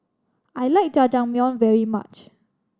I like Jajangmyeon very much